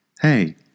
Hey